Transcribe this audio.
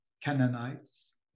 Canaanites